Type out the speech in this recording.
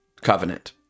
Covenant